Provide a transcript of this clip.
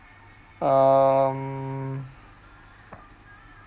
um